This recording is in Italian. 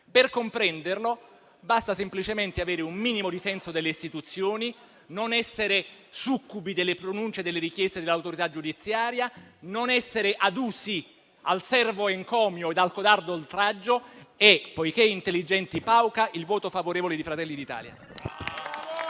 Per comprenderlo, basta semplicemente avere un minimo di senso delle istituzioni, non essere succubi delle pronunce e delle richieste dell'autorità giudiziaria e non essere adusi al "servo encomio" ed al "codardo oltraggio"; poiché *intelligenti pauca*, esprimo il voto favorevole di Fratelli d'Italia.